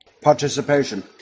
participation